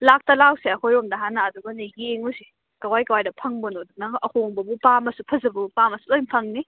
ꯂꯥꯛꯇ ꯂꯥꯛꯎꯁꯦ ꯑꯩꯈꯣꯏꯔꯣꯝꯗ ꯍꯥꯟꯅ ꯑꯗꯨꯒꯅꯦ ꯌꯦꯡꯉꯨꯁꯤ ꯀꯗꯥꯏ ꯀꯗꯥꯏꯗ ꯐꯪꯕꯅꯣꯗꯣ ꯅꯪ ꯑꯍꯣꯡꯕꯕꯨ ꯄꯥꯝꯄꯁꯨ ꯐꯖꯕꯕꯨ ꯄꯥꯝꯃꯁꯨ ꯂꯣꯏꯅ ꯐꯪꯅꯤ